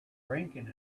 drinking